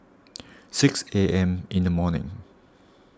six A M in the morning